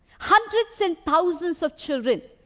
hundreds and thousands of children,